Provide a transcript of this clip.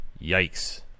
yikes